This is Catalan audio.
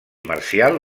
marcial